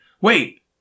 wait